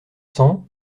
cents